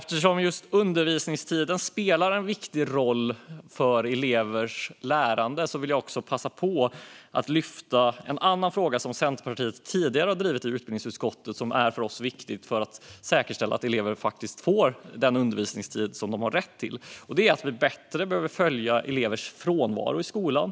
Eftersom just undervisningstiden spelar en viktig roll för elevers lärande vill jag passa på att lyfta en annan fråga som Centerpartiet tidigare har drivit i utbildningsutskottet och som är viktig för oss för att säkerställa att elever får den undervisningstid som de har rätt till. Det handlar om att vi bättre behöver följa elevers frånvaro i skolan.